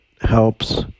helps